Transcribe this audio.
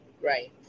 Right